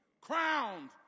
crowned